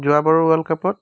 যোৱাবাৰৰ ৱৰ্ল্ড কাপত